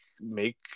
make